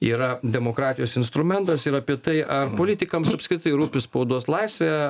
yra demokratijos instrumentas ir apie tai ar politikams apskritai rūpi spaudos laisvė